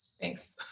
Thanks